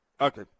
okay